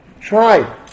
Try